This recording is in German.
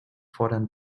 fordern